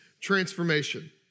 transformation